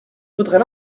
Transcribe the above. voudrais